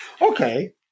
okay